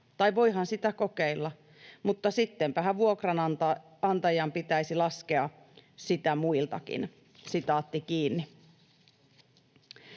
tai voihan sitä kokeilla, mutta sittenpähän vuokranantajan pitäisi laskea sitä muiltakin.” ”Olen